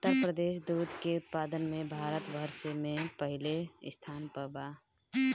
उत्तर प्रदेश दूध के उत्पादन में भारत भर में पहिले स्थान पर बा